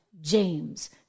James